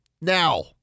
Now